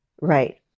Right